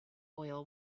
oil